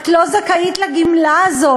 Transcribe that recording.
את לא זכאית לגמלה הזאת.